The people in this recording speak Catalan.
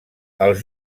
els